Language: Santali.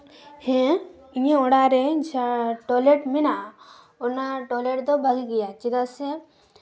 ᱦᱮᱸ ᱤᱧᱟᱹᱜ ᱚᱲᱟᱜ ᱨᱮ ᱴᱚᱭᱞᱮᱴ ᱢᱮᱱᱟᱜᱼᱟ ᱚᱱᱟ ᱫᱚ ᱵᱷᱟᱜᱮ ᱜᱮᱭᱟ ᱪᱮᱫᱟᱜ ᱥᱮ